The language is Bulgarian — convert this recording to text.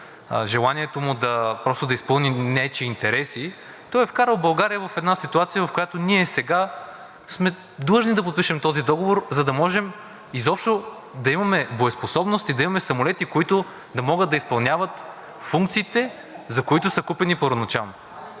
желанието му просто да изпълни нечии интереси, той е вкарал България в една ситуация, в която ние сега сме длъжни да подпишем този говор, за да можем изобщо да имаме боеспособност и да имаме самолети, които да могат да изпълняват функциите, за които са купени първоначално.